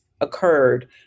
occurred